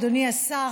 אדוני השר,